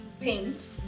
paint